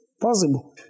possible